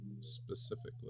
specifically